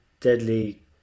deadly